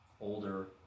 older